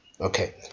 Okay